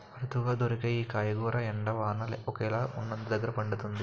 అరుదుగా దొరికే ఈ కూరగాయ ఎండ, వాన ఒకేలాగా వున్నదగ్గర పండుతుంది